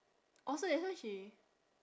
orh so that's why she